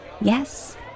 Yes